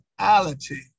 reality